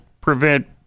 prevent